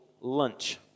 lunch